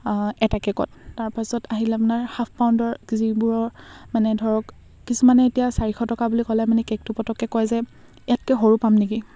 এটা কে'কত তাৰপাছত আহিলে আপোনাৰ হাফ পাউণ্ডৰ যিবোৰৰ মানে ধৰক কিছুমানে এতিয়া চাৰিশ টকা বুলি ক'লে মানে কে'কটো পটককৈ কয় যে ইয়াতকৈ সৰু পাম নেকি